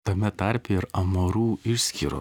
tame tarpe ir amarų išskyrų